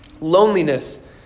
loneliness